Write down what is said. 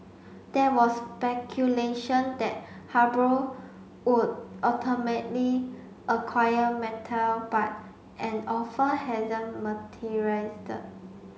there was speculation that would ultimately acquire Mattel but an offer hasn't materialised